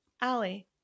Allie